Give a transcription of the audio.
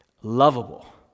lovable